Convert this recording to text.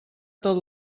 tot